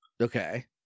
Okay